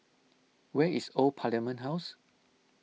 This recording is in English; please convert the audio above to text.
where is Old Parliament House